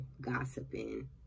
gossiping